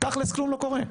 תכלס כלום לא קורה,